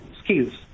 skills